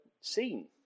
seen